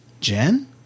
Jen